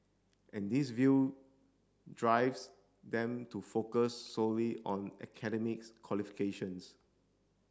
and this view drives them to focus solely on academics qualifications